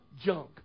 junk